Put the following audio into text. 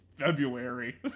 February